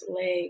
leg